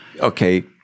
Okay